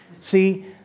See